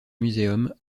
museum